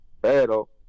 pero